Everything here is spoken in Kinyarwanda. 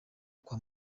kwa